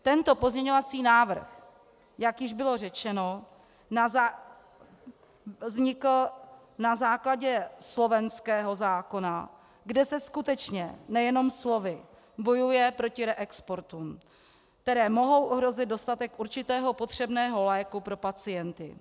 Tento pozměňovací návrh, jak již bylo řečeno, vznikl na základě slovenského zákona, kde se skutečně nejenom slovy bojuje proti reexportům, které mohou ohrozit dostatek určitého potřebného léku pro pacienty.